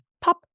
pop